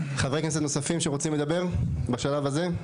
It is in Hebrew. חברי כנסת נוספים שרוצים לדבר בשלב הזה?